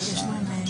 מי נמנע?